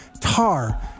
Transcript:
tar